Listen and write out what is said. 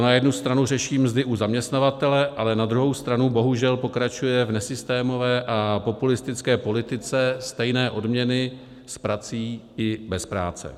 To na jednu stranu řeší mzdy u zaměstnavatele, ale na druhou stranu bohužel pokračuje v nesystémové a populistické politice stejné odměny s prací i bez práce.